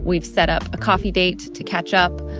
we've set up a coffee date to catch up.